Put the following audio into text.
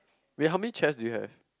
wait how many chairs do you have